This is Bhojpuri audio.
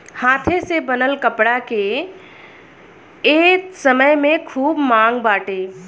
हाथे से बनल कपड़ा के ए समय में खूब मांग बाटे